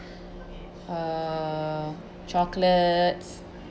uh chocolates